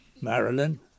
Marilyn